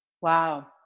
Wow